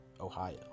Ohio